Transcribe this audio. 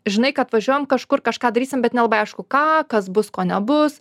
žinai kad važiuojam kažkur kažką darysim bet nelabai aišku ką kas bus ko nebus